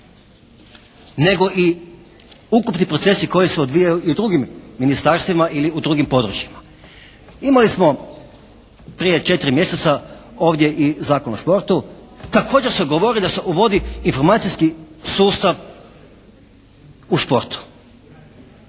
nego i ukupni procesi koji se odvijaju i u drugim ministarstvima ili u drugim područjima. Imali smo prije četiri mjeseca ovdje i Zakon o športu. Također se govori da se uvodi informacijski sustav u športu.